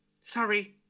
sorry